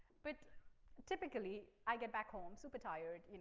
but typically i get back home super tired.